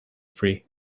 free